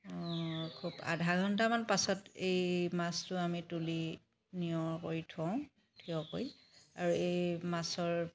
আধাঘণ্টামান পাছত এই মাছটো আমি তুলি নিয়ৰ কৰি থওঁ থিয়কৈ আৰু এই মাছৰ